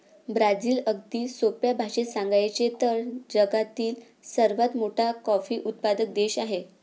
Brazil, अगदी सोप्या भाषेत सांगायचे तर, जगातील सर्वात मोठा कॉफी उत्पादक देश आहे